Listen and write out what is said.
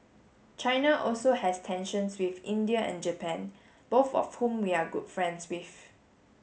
China also has tensions with India and Japan both of whom we are good friends with